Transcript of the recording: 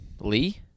Lee